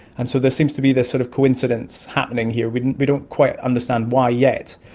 and so there seems to be this sort of coincidence happening here. we don't we don't quite understand why yet,